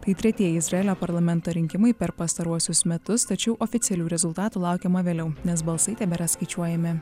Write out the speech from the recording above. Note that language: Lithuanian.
tai tretieji izraelio parlamento rinkimai per pastaruosius metus tačiau oficialių rezultatų laukiama vėliau nes balsai tebėra skaičiuojami